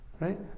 Right